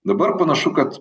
dabar panašu kad